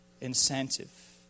incentive